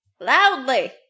Loudly